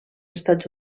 estats